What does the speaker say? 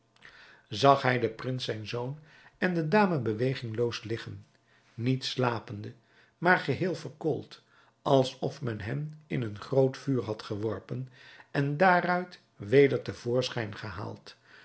zag hij den prins zijn zoon en de dame bewegingloos liggen niet slapende maar geheel verkoold alsof men hen in een groot vuur had geworpen en daaruit weder te voorschijn gehaald